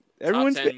Everyone's